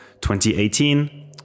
2018